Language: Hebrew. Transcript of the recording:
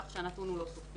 כך שהנתון הוא לא סופי.